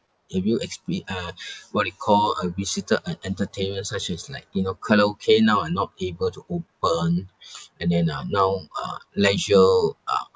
have you expe~ uh what it call uh visited a entertainment such as like you know karaoke now are not able to open and then uh now uh leisure uh